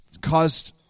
caused